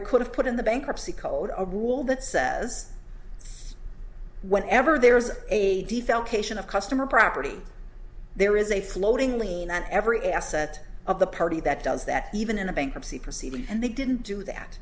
it could have put in the bankruptcy code a rule that says whenever there is a developed nation of customer property there is a floating lien on every asset of the party that does that even in a bankruptcy proceeding and they didn't do that